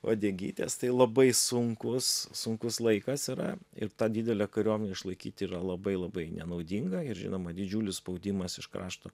uodegytės tai labai sunkus sunkus laikas yra ir tą didelę kariuomenę išlaikyti yra labai labai nenaudinga ir žinoma didžiulis spaudimas iš krašto